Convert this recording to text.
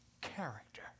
character